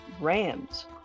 Rams